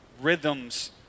rhythms